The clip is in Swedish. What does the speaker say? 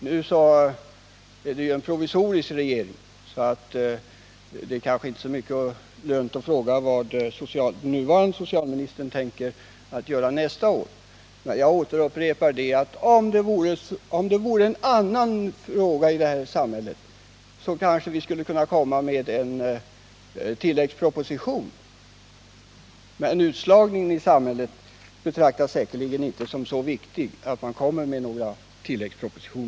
Det är ju en provisorisk regering, så det kanske inte är lönt att fråga vad nuvarande socialministern tänker göra nästa år. Jag upprepar att om det gällde en annan fråga så kanske regeringen skulle kunna komma med en tilläggsproposition. Men utslagningen i samhället betraktas säkerligen inte som så viktig att man framlägger någon tilläggsproposition.